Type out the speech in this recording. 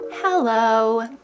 Hello